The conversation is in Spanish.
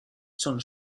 son